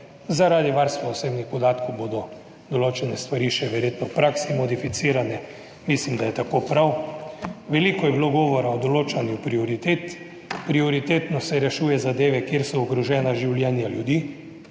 Zaradi varstva osebnih podatkov bodo določene stvari še verjetno v praksi modificirane - mislim, da je tako prav. Veliko je bilo govora o določanju prioritet. Prioritetno se rešuje zadeve, kjer so ogrožena življenja ljudi.